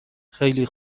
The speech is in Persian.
خیلی